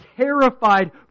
terrified